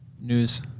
news